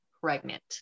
pregnant